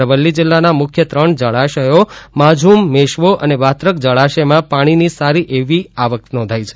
અરવલ્લી જિલ્લાના મુખ્ય ત્રણ જળાશયો માઝૂમ મેશ્વો અને વાત્રક જળાશયમાં પાણીની સારી એવી આવક નોંધાઈ છે